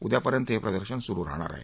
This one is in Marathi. उद्यापर्यंत हे प्रदर्शन सुरू राहणार आहे